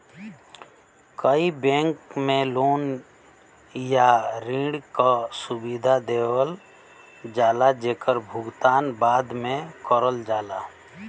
कई बैंक में लोन या ऋण क सुविधा देवल जाला जेकर भुगतान बाद में करल जाला